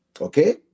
Okay